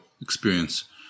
experience